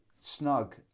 snug